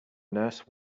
nurse